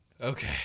Okay